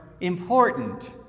important